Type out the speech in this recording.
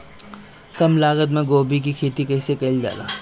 कम लागत मे गोभी की खेती कइसे कइल जाला?